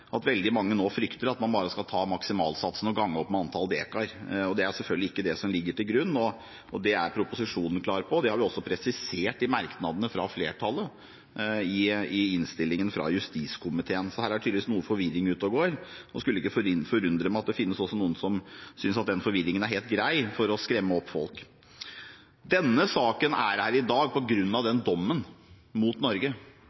at veldig mange nå frykter at man bare skal ta maksimalsatsen og gange opp med dekar. Det er selvfølgelig ikke det som ligger til grunn. Det er proposisjonen klar på, og det har vi også presisert i merknadene fra flertallet i innstillingen fra justiskomiteen. Så her er det tydeligvis noe forvirring ute og går. Det skulle ikke forundre meg om det også finnes noen som synes at den forvirringen er helt grei, for å skremme opp folk. Denne saken er her i dag på grunn av den dommen mot Norge.